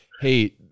Hey